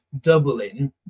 doubling